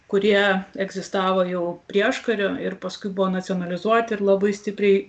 kurie egzistavo jau prieškariu ir paskui buvo nacionalizuoti ir labai stipriai